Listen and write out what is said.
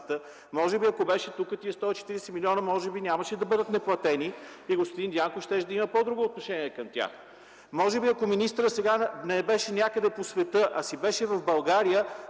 Ако той беше тук сега, тези 140 милиона може би нямаше да бъдат неплатени и господин Дянков щеше да има по-друго отношение към тях. Може би, ако сега министърът не беше някъде по света, а си беше в България,